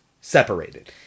separated